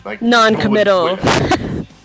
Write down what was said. Non-committal